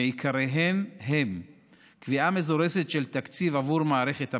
ועיקריהן הם קביעה מזורזת של תקציב עבור מערכת הבחירות,